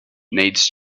needs